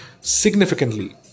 significantly